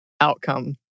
outcome